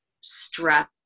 stress